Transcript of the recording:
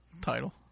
title